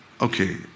okay